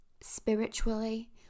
spiritually